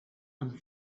amb